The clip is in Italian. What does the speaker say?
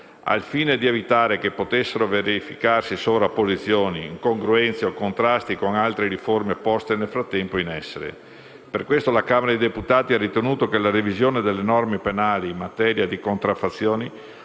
al fine di evitare che potessero verificarsi sovrapposizioni, incongruenze o contrasti con altre riforme poste nel frattempo in essere. Per questo, la Camera dei deputati ha ritenuto che la revisione delle norme penali in materia di contraffazioni